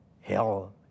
hell